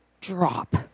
drop